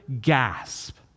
gasp